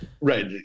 right